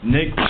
Nick